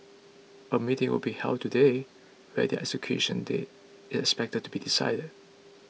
a meeting will be held today where their execution date is expected to be decided